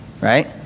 right